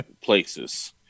places